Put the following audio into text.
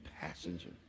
passenger